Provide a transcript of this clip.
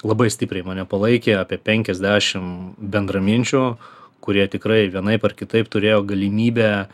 labai stipriai mane palaikė apie penkiasdešim bendraminčių kurie tikrai vienaip ar kitaip turėjo galimybę